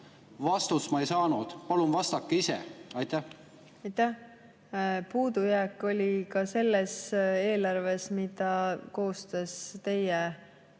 Vastust ma ei saanud. Palun vastake ise. Aitäh! Puudujääk oli ka selles eelarves, mille koostas teie